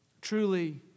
Truly